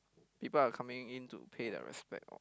people are coming in to pay their respect